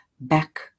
back